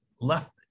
left –